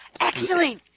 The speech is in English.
Excellent